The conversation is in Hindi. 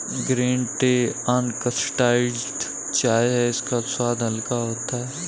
ग्रीन टी अनॉक्सिडाइज्ड चाय है इसका स्वाद हल्का होता है